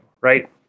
right